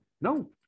No